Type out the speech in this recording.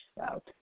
out